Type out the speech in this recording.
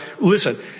Listen